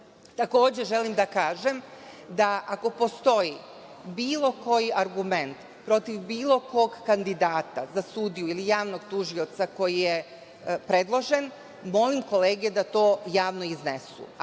želim da kažem da ako postoji bilo koji argument protiv bilo kog kandidata za sudiju ili javnog tužioca koji je predložen, molim kolege da to javno iznesu,